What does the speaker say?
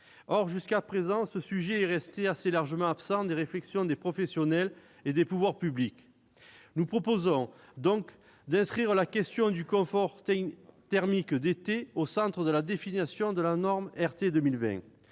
Or, jusqu'à présent, ce sujet est resté assez largement absent des réflexions des professionnels et des pouvoirs publics. Nous proposons donc d'inscrire la question du confort thermique d'été au centre de la définition de la norme RT 2020.